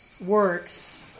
works